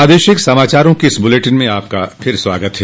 प्रादेशिक समाचारों के इस बुलेटिन में आपका फिर से स्वागत है